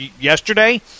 yesterday